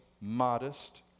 modest